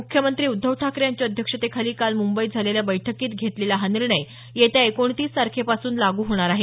मुख्यमंत्री उद्धव ठाकरे यांच्या अध्यक्षतेखाली काल मुंबईत झालेल्या बैठकीत घेतलेला हा निर्णय येत्या एकोणतीस तारखेपासून लागू होणार आहे